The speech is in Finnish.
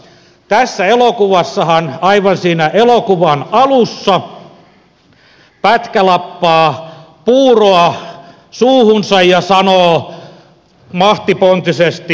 tässä elokuvassahan aivan siinä elokuvan alussa pätkä lappaa puuroa suuhunsa ja sanoo mahtipontisesti